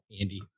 Andy